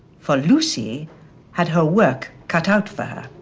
for lucy had her work cut out for her.